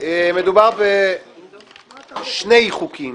מדובר בשני חוקים